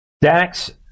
Dax